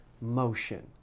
motion